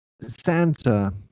Santa